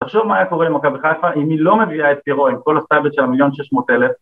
תחשוב מה היה קורה עם מכבי חיפה אם היא לא מביאה את פירו עם כל הסטלבט של מיליון שש מאות אלף..